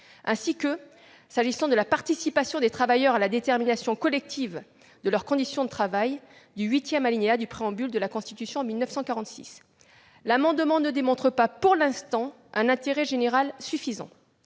ainsi que, s'agissant de la participation des travailleurs à la détermination collective de leurs conditions de travail, du huitième alinéa du préambule de la Constitution de 1946. L'amendement ne démontre pas pour l'instant un intérêt général suffisant.